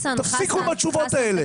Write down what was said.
תפסיקו עם התשובות האלה.